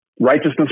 righteousness